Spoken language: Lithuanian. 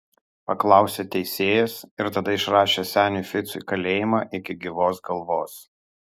paklausė teisėjas ir tada išrašė seniui ficui kalėjimą iki gyvos galvos